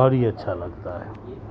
اور ہی اچھا لگتا ہے